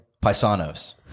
Paisanos